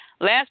Last